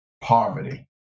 poverty